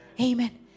Amen